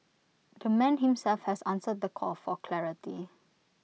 the man himself has answered the call for clarity